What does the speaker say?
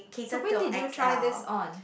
so when did you try this on